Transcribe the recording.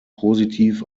positiv